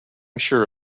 sure